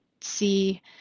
see